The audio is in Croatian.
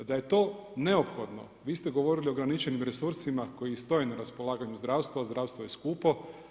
Da je to neophodno vi ste govorili o ograničenim resursima koji stoje na raspolaganju zdravstvu, a zdravstvo je skupo.